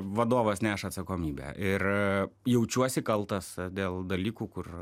vadovas neša atsakomybę ir jaučiuosi kaltas dėl dalykų kur